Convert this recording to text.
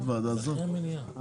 לכן אמרתי, שבו לבד.